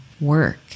work